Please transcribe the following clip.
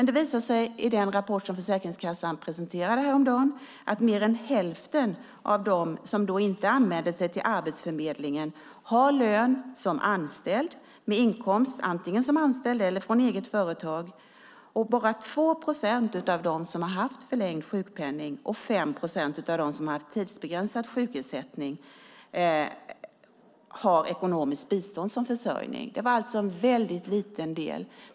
Det visade sig dock i den rapport som Försäkringskassan presenterade häromdagen att mer än hälften av dem som inte anmälde sig till Arbetsförmedlingen har lön som anställd, med inkomst antingen som anställd eller från eget företag. Bara 2 procent av dem som har haft förlängd sjukpenning och 5 procent av dem som har haft tidsbegränsad sjukersättning har ekonomiskt bistånd som försörjning. Det var alltså en väldigt liten del.